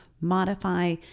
modify